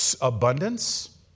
abundance